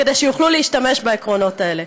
כדי שיוכלו להשתמש בעקרונות האלה.